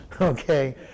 Okay